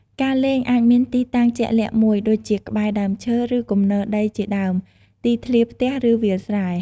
ការលេងអាចមានទីតាំងជាក់លាក់មួយ ដូចជាក្បែរដើមឈើ ឬគំនរដីជាដើម ទីធ្លាផ្ទះ ឬវាលស្រែ។